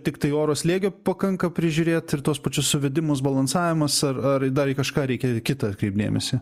tiktai oro slėgio pakanka prižiūrėt ir tuos pačius suvedimus balansavimas ar ar dar į kažką reikia kitą atkreipt dėmesį